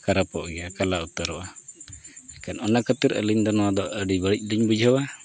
ᱠᱷᱟᱨᱟᱯᱚᱜ ᱜᱮᱭᱟ ᱠᱟᱞᱟ ᱩᱛᱟᱹᱨᱚᱜᱼᱟ ᱮᱱᱠᱷᱟᱱ ᱚᱱᱟ ᱠᱷᱟᱹᱛᱤᱨ ᱟᱹᱞᱤᱧ ᱫᱚ ᱱᱚᱣᱟ ᱫᱚ ᱟᱹᱰᱤ ᱵᱟᱹᱲᱤᱡ ᱞᱤᱧ ᱵᱩᱡᱷᱟᱹᱣᱟ